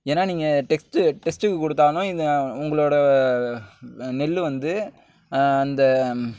ஏன்னால் நீங்கள் டெஸ்ட் டெஸ்ட்க்கு கொடுத்தாலும் இது உங்களோட நெல் வந்து அந்த